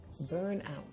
Burnout